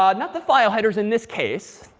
um not the file headers, in this case.